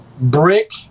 brick